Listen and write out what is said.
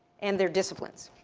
and their disciplines.